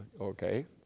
Okay